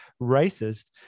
racist